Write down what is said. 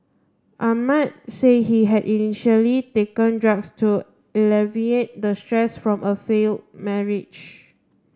Ahmad said he had initially taken drugs to alleviate the stress from a failed marriage